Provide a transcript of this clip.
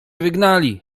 wygnali